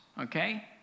okay